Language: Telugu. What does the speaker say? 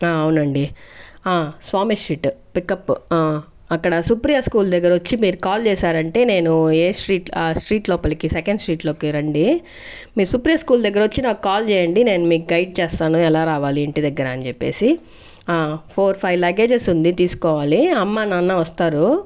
ఆ అవునండి ఆ స్వామి స్ట్రీట్ పికప్పు అక్కడ సుప్రియ స్కూల్ దగ్గర వచ్చి మీరు కాల్ చేశారంటే నేను ఏ స్ట్రీట్ ఆ స్ట్రీట్ లోపలికి సెకండ్ స్ట్రీట్ లోకి రండి మీరు సుప్రియ స్కూల్ దగ్గర వచ్చి నాకు కాల్ చేయండి నేన్ మీకు గైడ్ చేస్తాను ఎలా రావాలి ఇంటిదగ్గర అని చెప్పేసి ఫోర్ ఫైవ్ లగేజెస్ ఉంది తీసుకోవాలి అమ్మానాన్న వస్తారు